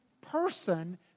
person